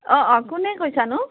অঁ অঁ কোনে কৈছানো